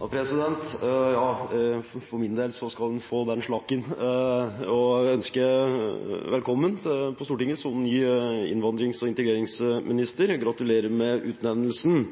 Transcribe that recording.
Ja, for min del skal hun få den slakken. Jeg vil ønske statsråden velkommen til Stortinget som ny innvandrings- og integreringsminister – gratulerer med utnevnelsen.